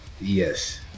Yes